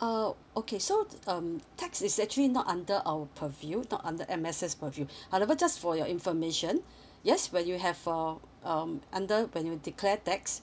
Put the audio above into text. uh okay so um tax is actually not under our preview not under M_S_F preview however just for your information yes when you have for um under when you have declare tax